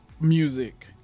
music